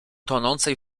tonącej